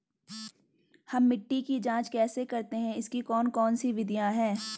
हम मिट्टी की जांच कैसे करते हैं इसकी कौन कौन सी विधियाँ है?